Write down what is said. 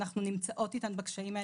אנחנו נמצאות איתן בקשיים האלה,